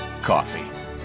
coffee